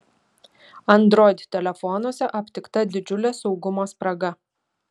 android telefonuose aptikta didžiulė saugumo spraga